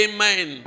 Amen